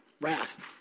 wrath